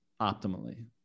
optimally